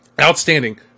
Outstanding